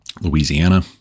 Louisiana